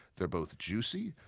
they're both juicy,